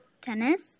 tennis